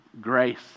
grace